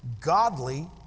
godly